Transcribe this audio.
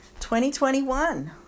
2021